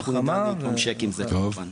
ואנחנו נחבור לזה כמובן.